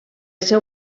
seu